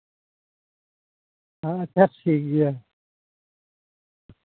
ᱟᱪᱪᱷᱟ ᱴᱷᱤᱠ ᱜᱮᱭᱟ